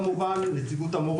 ההסתדרות,